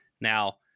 Now